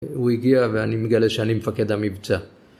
הוא הגיע, ואני מגלה שאני מפקד המבצע.